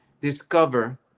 discover